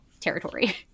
territory